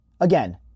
Again